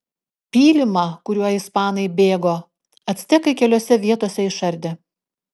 pylimą kuriuo ispanai bėgo actekai keliose vietose išardė